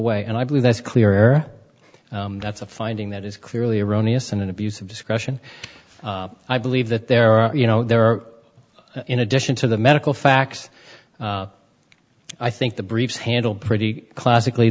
way and i believe that's clear that's a finding that is clearly erroneous and an abuse of discretion i believe that there are you know there are in addition to the medical facts i think the briefs handled pretty classically